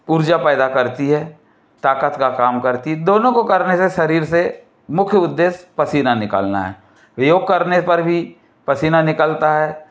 ऊर्जा पैदा करती है ताकत का काम करती दोनों को करने से शरीर से मुख्य उद्देश पसीना निकालना है योग करने पर भी पसीना निकलता है